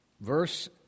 verse